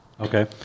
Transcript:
Okay